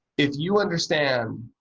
if you understand